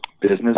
business